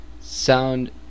Sound